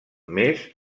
més